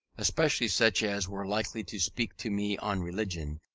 especially such as were likely to speak to me on religion,